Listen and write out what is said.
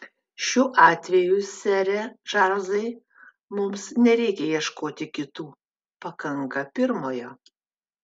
šiuo atveju sere čarlzai mums nereikia ieškoti kitų pakanka pirmojo